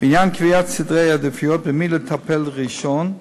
בעניין קביעת סדרי העדיפויות במי לטפל ראשון,